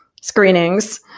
screenings